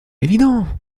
évident